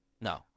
No